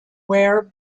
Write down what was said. wear